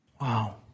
Wow